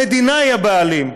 המדינה היא הבעלים,